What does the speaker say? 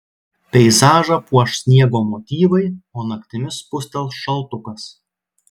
peizažą puoš sniego motyvai o naktimis spustels šaltukas